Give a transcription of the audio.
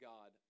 God